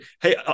hey